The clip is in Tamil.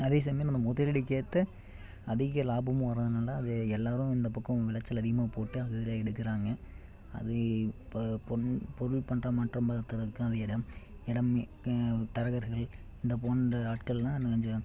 அதே சமயம் அந்த முதலீட்டுக்கு ஏற்ற அதிக லாபமும் வர்றதுனால் அது எல்லோரும் இந்த பக்கம் விளைச்சல் அதிகமாக போட்டு அதுலேயே எடுக்கிறாங்க அது இப்போ பொன் பொருள் பண்ட மாற்றம் அதை தவிர்த்து அந்த இடம் இடம் தரகர்கள் இந்த போன்ற ஆட்கள்லாம் இன்னும் கொஞ்சம்